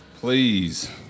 Please